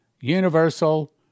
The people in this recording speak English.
Universal